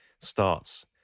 starts